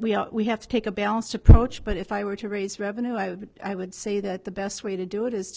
we have to take a balanced approach but if i were to raise revenue i would i would say that the best way to do it